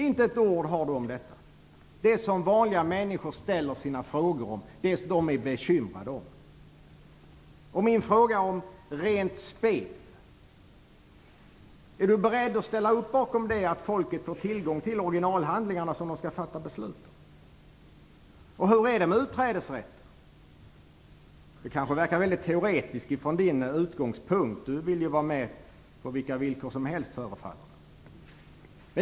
Carl Bildt nämner inte ett ord om det som vanliga människor ställer frågor om och som de är bekymrade för. Min fråga om rent spel: Är Carl Bildt beredd att ställa upp på att folket skall få tillgång till de originalhandlingar som de skall fatta beslut om? Hur är det med utträdesrätten? Detta kanske verkar teoretiskt från Carl Bildts utgångspunkt, eftersom det förefaller som om han vill gå med i EU på vilka villkor som helst.